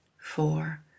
four